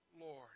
Lord